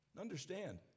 Understand